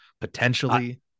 potentially